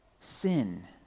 sin